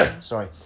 Sorry